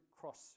cross